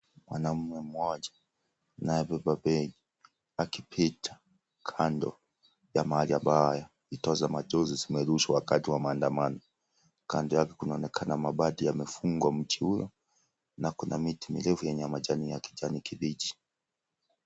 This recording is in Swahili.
Mwanaume mmoja anayebeba begi akipita kando ya [] haya. Vitoza machozi zimerushwa wakati wa maandamano kando yake kunaonekana mabati yamefunga mtuhuyo na kuna miti mirefu yenye majani ya kijani kibichi.